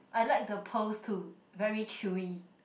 I like the pearls too very chewy